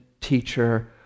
teacher